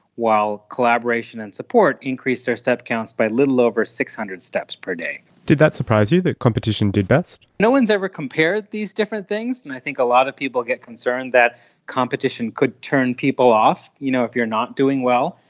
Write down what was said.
while collaboration and support increased their step counts by a little over six hundred steps per day. did that surprise you, that competition did the best? no one has ever compared these different things, and i think a lot of people get concerned that competition could turn people off you know if you're not doing well.